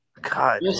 God